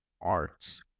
arts